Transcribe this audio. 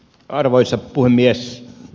arvoisa puhemies